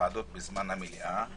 בוועדות בזמן המליאה.